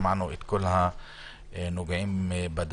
שמענו את כל הנוגעים בדבר,